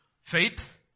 Faith